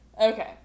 Okay